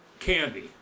Candy